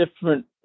different